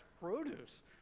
produce